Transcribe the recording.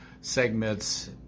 segments